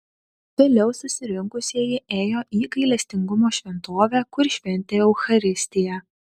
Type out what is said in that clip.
vėliau susirinkusieji ėjo į gailestingumo šventovę kur šventė eucharistiją